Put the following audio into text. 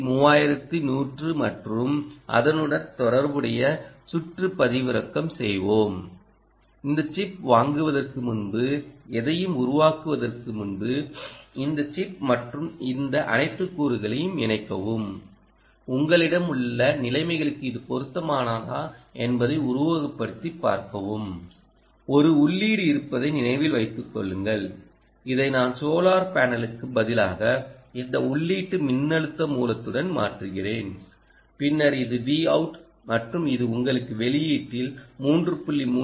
C 3105 மற்றும் அதனுடன் தொடர்புடைய சுற்று பதிவிறக்கம் செய்தோம் இந்த சிப் வாங்குவதற்கு முன்பு எதையும் உருவாக்குவதற்கு முன்பு இந்த சிப் மற்றும் இந்த அனைத்து கூறுகளையும் இணைக்கவும் உங்களிடம் உள்ள நிலைமைகளுக்கு இது பொருத்தமானதா என்பதை உருவகப்படுத்திப் பார்க்கவும் ஒரு உள்ளீடு இருப்பதை நினைவில் வைத்துக் கொள்ளுங்கள் இதை நான் சோலார் பேனலுக்கு பதிலாக இந்த உள்ளீட்டு மின்னழுத்த மூலத்துடன் மாற்றுகிறேன் பின்னர் இது Vout மற்றும் இது உங்களுக்கு வெளியீட்டில் 3